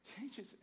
changes